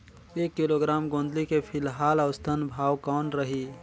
एक किलोग्राम गोंदली के फिलहाल औसतन भाव कौन रही?